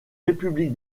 république